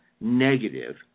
negative